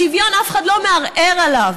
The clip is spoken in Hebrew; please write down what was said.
השוויון, אף אחד לא מערער עליו.